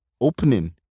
opening